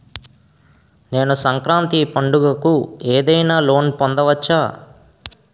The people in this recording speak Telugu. నేను సంక్రాంతి పండగ కు ఏదైనా లోన్ పొందవచ్చా?